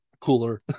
cooler